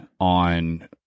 on